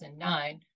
2009